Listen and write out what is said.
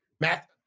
Matt